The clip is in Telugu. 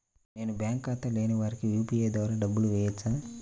నేను బ్యాంక్ ఖాతా లేని వారికి యూ.పీ.ఐ ద్వారా డబ్బులు వేయచ్చా?